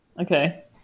okay